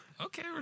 Okay